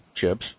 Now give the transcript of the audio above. chips